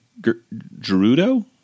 Gerudo